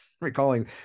recalling